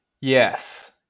Yes